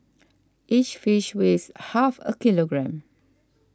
each fish weighs half a kilogram